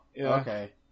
Okay